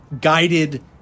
guided